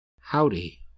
Howdy